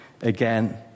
again